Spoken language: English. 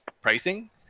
pricing